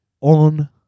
on